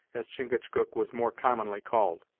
as chingachgook was more commonly called.